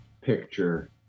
picture